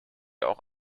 auch